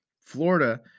Florida